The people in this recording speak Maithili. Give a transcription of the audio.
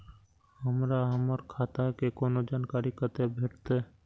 हमरा हमर खाता के कोनो जानकारी कते भेटतै